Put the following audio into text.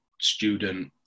student